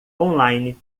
online